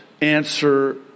answer